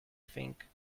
think